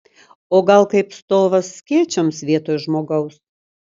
o gal kaip stovas skėčiams vietoj žmogaus